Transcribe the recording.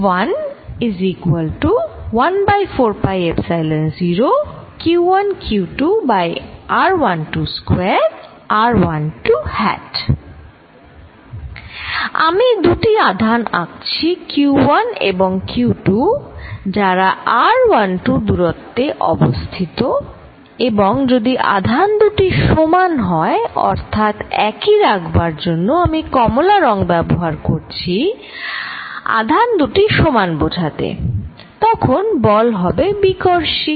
আমি দুটি আধান আঁকছি q1 এবং q2 যারা r12 দূরত্বে অবস্থিত এবং যদি আধান দুটি সমান হয় অর্থাৎ একই রাখবার জন্য আমি কমলা রং ব্যবহার করছি আধান দুটি সমান বোঝাতে তখন বল হবে বিকর্ষী